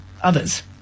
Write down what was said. others